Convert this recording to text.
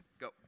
Go